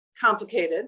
complicated